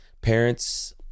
Parents